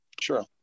Sure